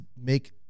make